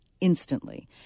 instantly